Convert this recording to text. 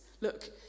Look